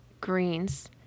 greens